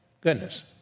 Goodness